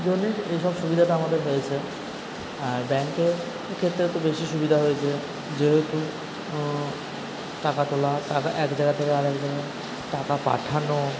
জন্যে এই সব সুবিধাটা আমাদের হয়েছে আর ব্যাঙ্কের ক্ষেত্রে তো বেশি সুবিধা হয়েছে যেরকম টাকা তোলা টাকা এক জায়গা থেকে আরেক জায়গায় টাকা পাঠানো